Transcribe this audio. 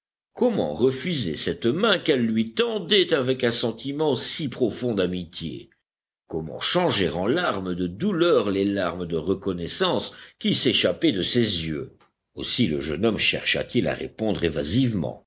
comment refuser cette main qu'elle lui tendait avec un sentiment si profond d'amitié comment changer en larmes de douleur les larmes de reconnaissance qui s'échappaient de ses yeux aussi le jeune homme chercha-t-il à répondre